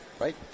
right